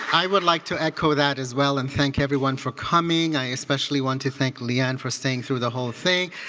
i would like to echo that as well and thank everyone for coming. i especially want to thank lee ann for staying through the whole thing.